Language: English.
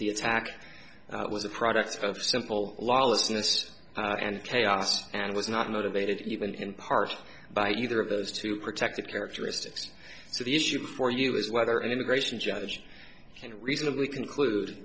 the attack was a product of simple lawlessness and chaos and was not motivated even in part by either of those two protected characteristics so the issue for you is whether an immigration judge can reasonably conclude